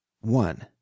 one